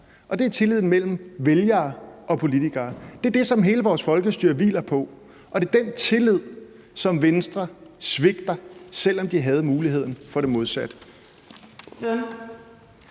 og det er tilliden mellem vælgere og politikere. Det er det, som hele vores folkestyre hviler på, og det er den tillid, som Venstre svigter, selv om de havde muligheden for det modsatte.